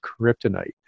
kryptonite